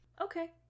Okay